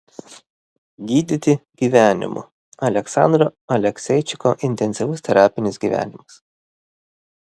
gydyti gyvenimu aleksandro alekseičiko intensyvus terapinis gyvenimas